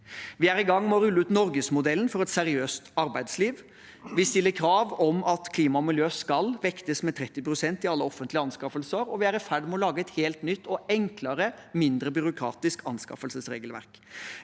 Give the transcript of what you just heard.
Vi er i gang med å rulle ut norgesmodellen for et seriøst arbeidsliv. Vi stiller krav om at klima og miljø skal vektes med 30 pst. i alle offentlige anskaffelser, og vi er i ferd med å lage et helt nytt, enklere og mindre byråkratisk anskaffelsesregelverk.